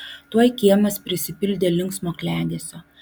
tuoj kiemas prisipildė linksmo klegesio